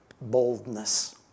boldness